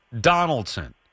Donaldson